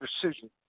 precision